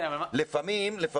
כן --- בגלל